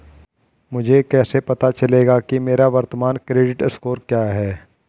मुझे कैसे पता चलेगा कि मेरा वर्तमान क्रेडिट स्कोर क्या है?